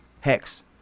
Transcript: Hex